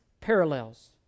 parallels